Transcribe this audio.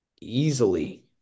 easily